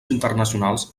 internacionals